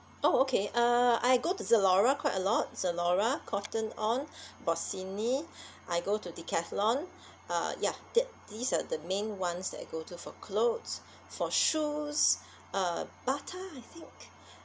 oh okay uh I go to zalora quite a lot zalora cotton on bossini I go to decathlon uh ya that these are the main ones that I go to for clothes for shoes uh bata I think